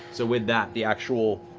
so with that, the actual